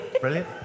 Brilliant